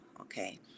okay